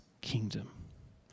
kingdom